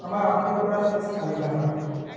আমার আপলোড করা শেষ তালিকা পাঠাও